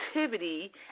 activity